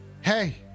Hey